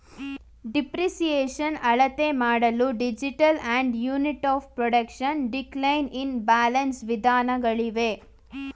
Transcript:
depreciation ಅಳತೆಮಾಡಲು digital and unit of production, decline in balance ವಿಧಾನಗಳಿವೆ